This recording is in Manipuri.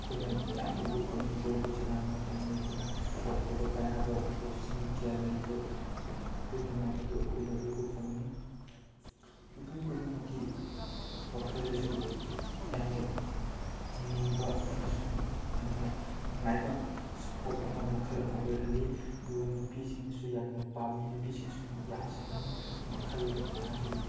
ꯑꯩꯈꯣꯏꯅ ꯃꯌꯥꯝ ꯎꯕ ꯐꯪꯉꯤ ꯚꯣꯂꯤꯕꯣꯜ ꯁꯥꯟꯅꯕ ꯃꯇꯝꯗ ꯑꯩꯈꯣꯏꯅ ꯑꯐ ꯑꯐꯕ ꯀꯥꯅꯕ ꯂꯧꯁꯤꯡ ꯀꯌꯥ ꯂꯩꯕ ꯄꯨꯝꯅꯃꯛ ꯑꯗꯨ ꯑꯩꯈꯣꯏꯅ ꯎꯕ ꯐꯪꯉꯤ ꯃꯤꯄꯨꯝ ꯈꯨꯗꯤꯡꯃꯛꯀꯤ ꯋꯥꯈꯜꯗꯁꯨ ꯌꯥꯝꯅ ꯌꯦꯡꯅꯤꯡꯕ ꯑꯃꯁꯨꯡ ꯌꯥꯝꯅ ꯅꯨꯡꯉꯥꯏꯕ ꯏꯁꯄꯣꯔꯠ ꯑꯃ ꯃꯈꯜ ꯑꯃ ꯑꯣꯏꯍꯜꯂꯤ ꯑꯗꯨꯒ ꯅꯨꯄꯤꯁꯤꯡꯅꯁꯨ ꯌꯥꯝꯅ ꯄꯥꯝꯃꯤ ꯅꯨꯄꯤꯁꯤꯡꯁꯨ ꯌꯥꯝ ꯁꯥꯟꯅꯩ ꯃꯈꯜ ꯃꯈꯥꯒꯤ